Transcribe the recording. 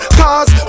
cause